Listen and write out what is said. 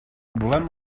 volem